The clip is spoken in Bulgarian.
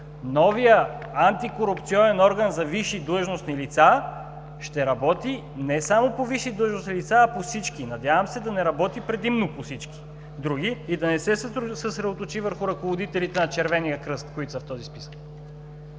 Новият антикорупционен орган за висши длъжностни лица ще работи не само по висши длъжностни лица, а по всички. Надявам се да не работи предимно по всички други и да не се съсредоточи върху ръководителите на „Червения кръст“, които са в този списък.